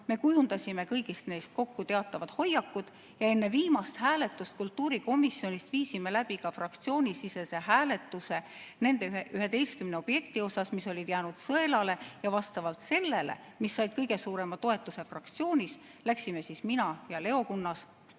me kujundasime kõigist neist kokku teatava hoiaku. Ja enne viimast hääletust kultuurikomisjonis viisime läbi fraktsioonisisese hääletuse nende 11 objekti osas, mis olid jäänud sõelale, ja vastavalt sellele, mis said kõige suurema toetuse fraktsioonis, läksime mina ja Leo Kunnas